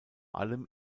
allem